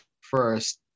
first